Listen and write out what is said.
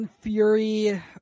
Fury